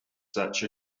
such